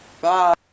Bye